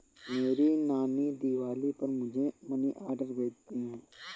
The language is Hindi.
मेरी नानी दिवाली पर मुझे मनी ऑर्डर भेजती है